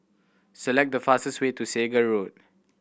select the fastest way to Segar Road